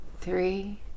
three